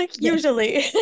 usually